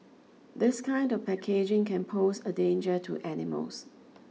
this kind of packaging can pose a danger to animals